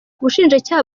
ubushinjacyaha